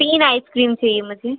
तीन ice cream चाहिए मुझे